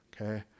Okay